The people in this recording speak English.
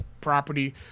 property